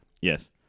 Yes